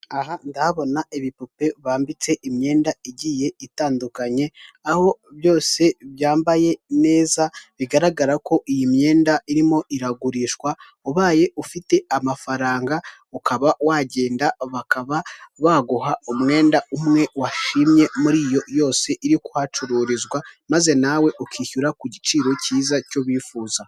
Aha ndahabona ibipupe bambitse imyenda igiye itandukanye, aho byose byambaye neza bigaragara ko iyi myenda irimo iragurishwa, ubaye ufite amafaranga ukaba wagenda bakaba baguha umwenda umwe washimye muri yose iri kuhacururizwa, maze nawe ukishyura ku giciro cyiza, cyo bifuza.